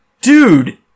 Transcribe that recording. Dude